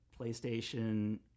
PlayStation